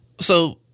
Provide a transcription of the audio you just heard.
So-